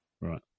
right